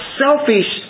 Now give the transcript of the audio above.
selfish